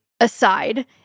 aside